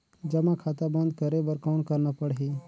जमा खाता बंद करे बर कौन करना पड़ही?